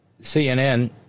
CNN